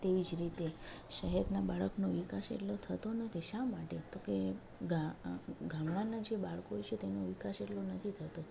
તેવી જ રીતે શહેરના બાળકનો વિકાસ એટલો થતો નથી શા માટે તો કે ગામડાના જે બાળકો છે તેનો વિકાસ એટલો નથી થતો